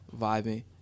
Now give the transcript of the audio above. vibing